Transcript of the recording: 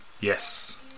Yes